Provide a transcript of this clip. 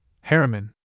Harriman